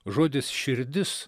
žodis širdis